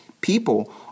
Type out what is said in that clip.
people